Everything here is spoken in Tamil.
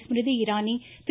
ஸ்மிருதி இரானி திரு